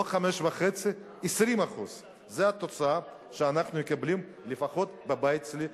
5.5%; 20%. זו התוצאה שאנחנו מקבלים לפחות בבית אצלי,